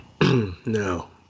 No